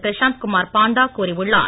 பிரசாந்த் குமார் பாண்டா கூறியுள்ளார்